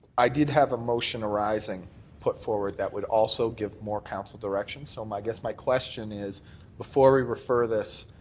i did have a motion arising put forward that would also give more council direction so i guess my question is before we refer this,